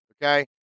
okay